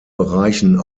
bereichen